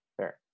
Fair